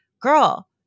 girl